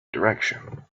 direction